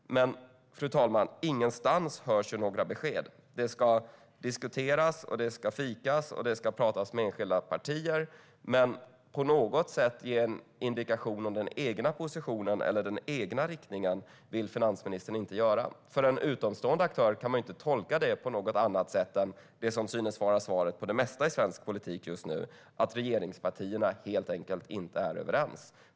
Fru talman! Ingenstans hörs några besked. Det ska diskuteras, det ska fikas och det ska pratas med enskilda partier. Men finansministern vill inte på något sätt ge en indikation på den egna positionen eller riktningen. Som utomstående aktör kan man inte tolka det på annat sätt än det som synes vara svaret på det mesta i svensk politik just nu, att regeringspartierna helt enkelt inte är överens.